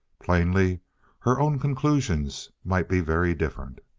plainly her own conclusions might be very different.